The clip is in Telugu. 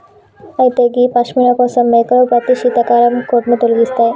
అయితే గీ పష్మిన కోసం మేకలు ప్రతి శీతాకాలం కోటును తొలగిస్తాయి